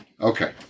Okay